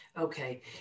Okay